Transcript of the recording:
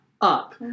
up